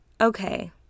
okay